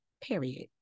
period